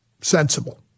Sensible